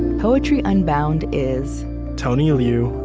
poetry unbound is tony liu,